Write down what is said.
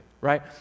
right